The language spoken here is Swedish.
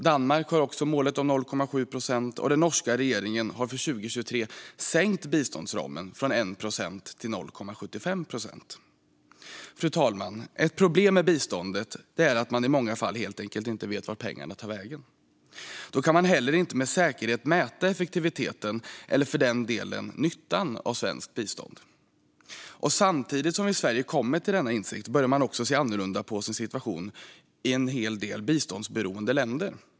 Danmark har också målet om 0,7 procent, och den norska regeringen har för 2023 sänkt biståndsramen från 1 procent till 0,75 procent. Fru talman! Ett problem med biståndet är att man i många fall helt enkelt inte vet vart pengarna tar vägen. Då kan man inte heller med säkerhet mäta effektiviteten i, eller för den delen nyttan av, svenskt bistånd. Samtidigt som vi i Sverige kommer till denna insikt börjar också en hel del biståndsberoende länder se annorlunda på sin situation.